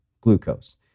glucose